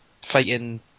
fighting